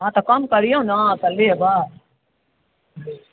हँ तऽ कम करियौ ने तऽ लेबै